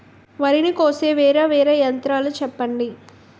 వరి ని కోసే వేరా వేరా యంత్రాలు చెప్పండి?